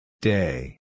Day